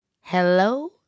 Hello